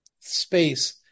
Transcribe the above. Space